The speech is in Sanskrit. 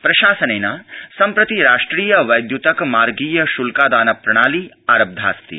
प्रशासनेन सम्प्रति राष्ट्रिय वैद्य्तक मार्गीयश्ल्का ान प्रणाली प्रारब्धास्ति